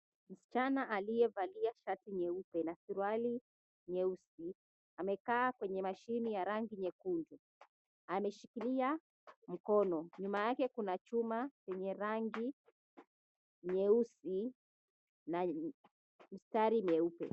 Msichana aliyevalia shati nyeupe na suruali nyeusi amekaa kwenye mashine ya rangi nyekundu. Ameshikililia mkono. Nyuma yake kuna chuma yenye rangi nyeusi na mistari mieupe.